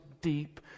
deep